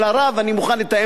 ואני מוכן לתאם לכם.